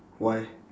why